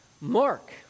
Mark